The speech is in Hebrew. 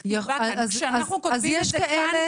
כשאנחנו כותבים את זה כאן,